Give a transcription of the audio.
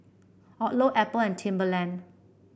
Odlo Apple and Timberland